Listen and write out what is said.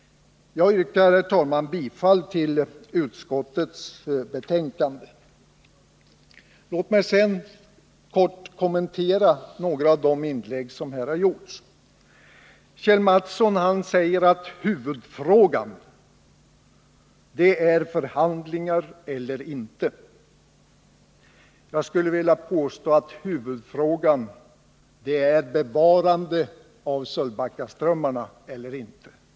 Jag yrkar, herr talman, bifall till utskottets hemställan. Låt mig härefter kort kommentera några av de inlägg som har gjorts. Kjell Mattsson säger att huvudfrågan är förhandlingar eller inte. Jag skulle vilja påstå att huvudfrågan är bevarande av Sölvbackaströmmarna eller inte.